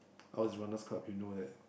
I was runner's club you know that